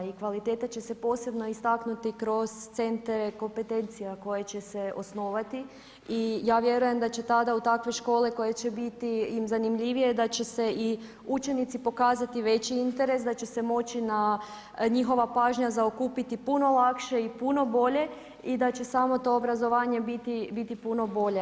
I kvaliteta će se posebno istaknuti kroz centre kompetencija koji će se osnovati i ja vjerujem da će tada u takve škole koje će biti im zanimljivije da će i učenici pokazati veći interes, da će se moći njihova pažnja zaokupiti puno lakše i puno bolje i da će samo to obrazovanje biti puno bolje.